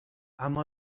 اما